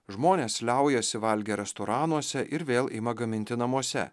žmonės liaujasi valgę restoranuose ir vėl ima gaminti namuose